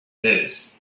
his